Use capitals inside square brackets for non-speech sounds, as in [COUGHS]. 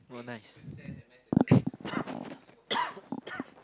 !wow! nice [NOISE] [COUGHS]